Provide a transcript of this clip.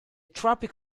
tropic